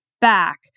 back